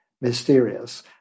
mysterious